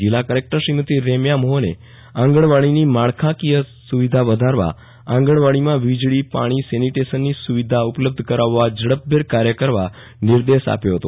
જિલ્લાસ collector Shrimati રેમ્યાફ મોફને આંગણવાડીની માળખાકીય સુવિધા વધારવા આંગણવાડીમાં વીજળી પાણી સેનિટેશનની સુવિધા ઉપલબ્ધવ કરાવવા ઝડપભેર કાર્ય કરવા નિર્દેશ આપ્યોવ ફતો